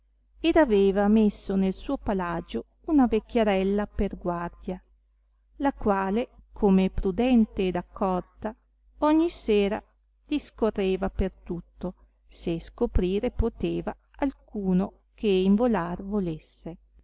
ed aveva messo nel suo palagio una vecchiarella per guardia la quale come prudente ed accorta ogni sera discorreva per tutto se scoprire poteva alcuno che involar volesse